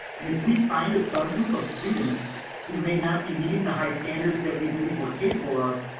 and if we find a subgroup of students who may not be meeting the high standards that we believe we're capable of,